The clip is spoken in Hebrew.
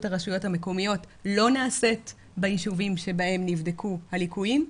הרשויות המקומיות לא נעשית בישובים בהם נבדקו הליקויים,